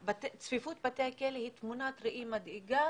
צפיפות בתי הכלא היא תמונת ראי מדאיגה